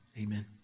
Amen